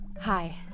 Hi